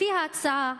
לפי ההצעה,